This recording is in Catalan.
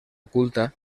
oculta